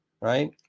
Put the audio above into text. Right